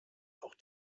auch